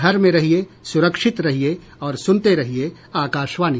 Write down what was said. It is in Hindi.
घर में रहिये सुरक्षित रहिये और सुनते रहिये आकाशवाणी